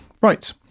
Right